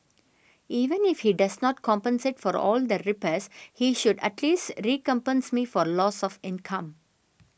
even if he does not compensate for all the repairs he should at least recompense me for loss of income